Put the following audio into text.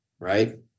right